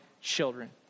children